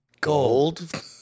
Gold